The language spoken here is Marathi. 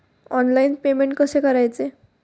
ऑनलाइन पेमेंट कसे करायचे?